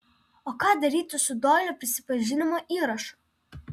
o ką daryti su doilio prisipažinimo įrašu